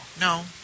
No